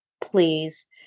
please